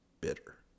bitter